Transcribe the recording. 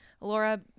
Laura